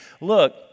look